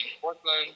Portland